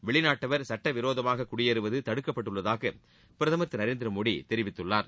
வெளிநாட்டவர் சட்டவிரோதமாக குடியேறுவது தடுக்கப்பட்டுள்ளதாக பிரதமர் திரு நரேந்திரமோடி தெரிவித்துள்ளார்